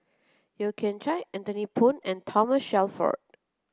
Yeo Kian Chye Anthony Poon and Thoma Shelford